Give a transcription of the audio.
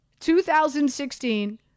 2016